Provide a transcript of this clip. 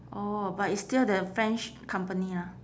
oh but it's still the french company lah